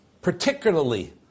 particularly